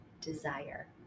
Desire